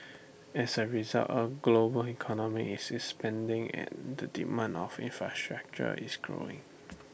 as A result A global economy is expanding and the demand for infrastructure is growing